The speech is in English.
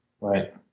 Right